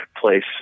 place